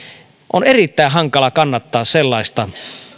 on erittäin hankala kannattaa sellaista